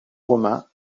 romains